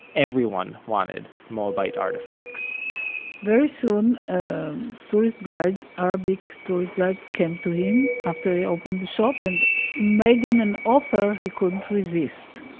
everyone wanted moabite artifacts very soon, a tourist guide, arabic tourist guide, came to him, after he opened the shop, and made him an offer he couldn't resist.